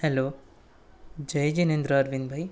hello જય જિનેન્દ્ર અરવિંદ ભાઈ